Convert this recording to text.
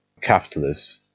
capitalist